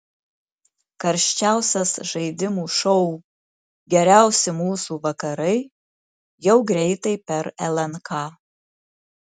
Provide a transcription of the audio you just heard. karščiausias žaidimų šou geriausi mūsų vakarai jau greitai per lnk